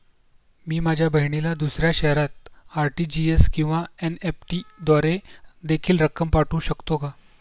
मी माझ्या बहिणीला दुसऱ्या शहरात आर.टी.जी.एस किंवा एन.इ.एफ.टी द्वारे देखील रक्कम पाठवू शकतो का?